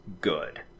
good